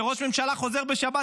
כשראש ממשלה חוזר בשבת,